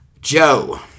Joe